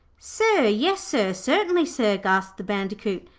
sir, yes sir, certainly sir gasped the bandicoot,